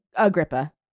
Agrippa